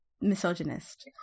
misogynist